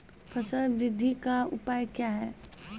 फसल बृद्धि का उपाय क्या हैं?